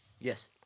yes